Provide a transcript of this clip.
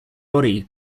body